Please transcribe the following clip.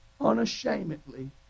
unashamedly